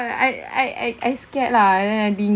I I I I scared lah and then I didn't